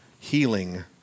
Healing